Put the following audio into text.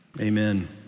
amen